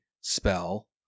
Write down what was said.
spell